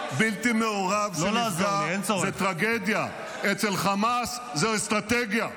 שקט, גיס חמישי.